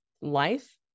life